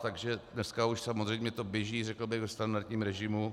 Takže dneska už samozřejmě to běží, řekl bych, ve standardním režimu.